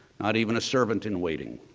not even a servant in waiting.